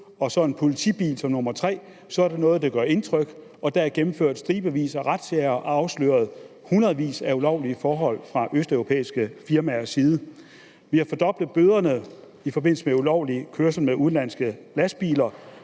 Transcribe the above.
og så politiet i bil nummer tre, er det noget, der gør indtryk. Der er blevet gennemført i stribevis af razziaer og afsløret i hundredvis af ulovlige forhold fra østeuropæiske firmaers side. Vi har fordoblet størrelsen på de bøderne i forbindelse med ulovlig kørsel med udenlandske lastbiler.